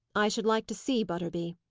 i should like to see butterby.